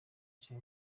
cya